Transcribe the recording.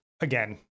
again